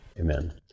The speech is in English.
Amen